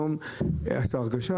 היה נותן לך מתנה, היום יש הרגשה